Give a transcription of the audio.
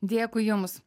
dėkui jums